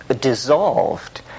dissolved